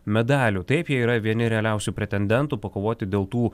medalių taip jie yra vieni realiausių pretendentų pakovoti dėl tų